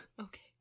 Okay